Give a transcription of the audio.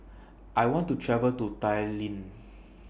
I want to travel to Tallinn